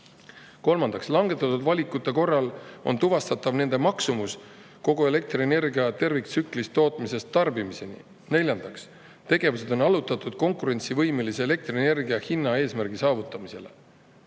Kolmandaks, langetatud valikute korral on tuvastatav nende maksumus kogu elektrienergia terviktsüklis, tootmisest tarbimiseni. Neljandaks, tegevused on allutatud konkurentsivõimelise elektrienergia hinna eesmärgi saavutamisele.